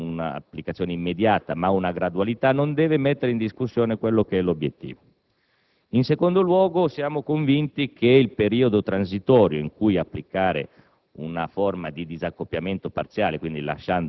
che questo richieda non una applicazione immediata, ma una gradualità, non deve mettere in discussione l'obiettivo. In secondo luogo, siamo convinti che il periodo transitorio in cui applicare